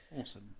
awesome